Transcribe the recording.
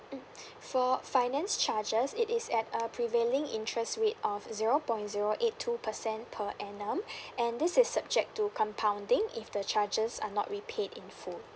mm for finance charges it is at a prevailing interest rate of zero point zero eight two percent per annum and this is subject to compounding if the charges are not repaid in full